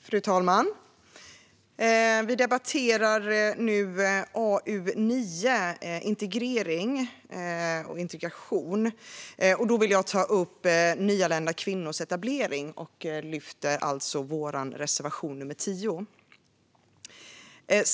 Fru talman! Vi debatterar nu AU9 Integration . Jag vill ta upp nyanlända kvinnors etablering och lyfter därför fram vår reservation nr 10.